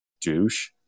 douche